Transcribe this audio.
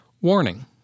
warning